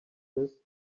this